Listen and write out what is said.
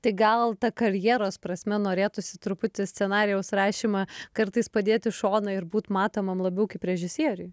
tai gal ta karjeros prasme norėtųsi truputį scenarijaus rašymą kartais padėt įšoną ir būt matomam labiau kaip režisieriui